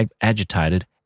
agitated